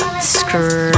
Screw